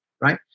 right